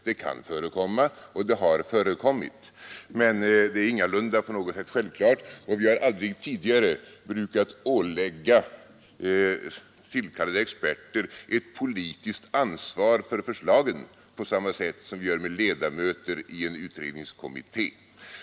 Det kan förekomma, och det har förekommit, men det är ingalunda på något sätt självklart. Vi har aldrig tidigare brukat ålägga tillkallade experter ett politiskt ansvar för förslagen på samma sätt som vi gör med ledamöter i en utredningskommitté.